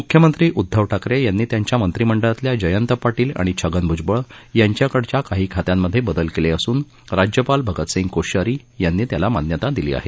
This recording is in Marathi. मुख्यमंत्री उद्धव ठाकरे यांनी त्यांच्या मंत्रिमंडळातील जयंत पाटील आणि छगन भुजबळ यांच्याकडील काही खात्यांमध्ये बदल केले असून राज्यपाल भगतसिंग कोश्यारी यांनी त्याला मान्यता दिली आहे